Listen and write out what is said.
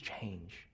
change